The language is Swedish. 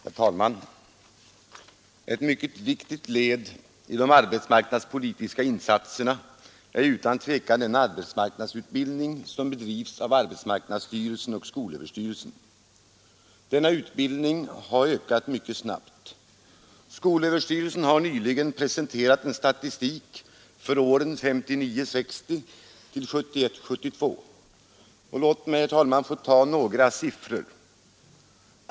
Herr talman! Ett mycket viktigt led i de arbetsmarknadspolitiska insatserna är utan tvekan den arbetsmarknadsutbildning som bedrivs av arbetsmarknadsstyrelsen och skolöverstyrelsen. Denna utbildning har ökat mycket snabbt. Skolöverstyrelsen har nyligen presenterat en statistik för åren 1959 72. Låt mig, herr talman, ta några siffror.